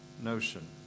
notion